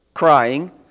crying